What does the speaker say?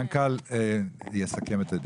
המנכ"ל יסכם את הדיון.